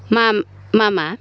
मा मा मा